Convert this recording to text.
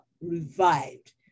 revived